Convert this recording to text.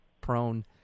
prone